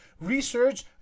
Research